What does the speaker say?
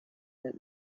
that